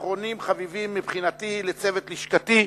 אחרונים חביבים, מבחינתי, לצוות לשכתי,